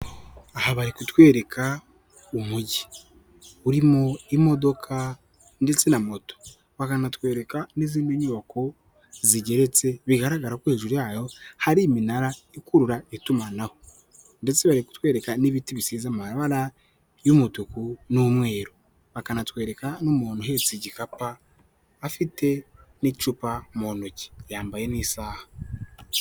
Aha bari kutwereka umujyi uririmo imodoka ndetse na moto, bakanatwereka n'izindi nyubako zigeretse, bigaragara ko hejuru yayo hari iminara ikurura itumanaho, ndetse bari kutwereka n'ibiti bisiza amabara y'umutuku, n'umweru bakanatwereka n'umuntu uhetse igikapu, afite n'icupa mu ntoki yambaye n'isaha.